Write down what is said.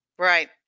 Right